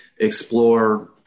explore